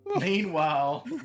meanwhile